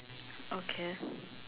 okay